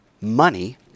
money